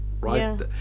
right